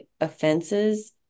offenses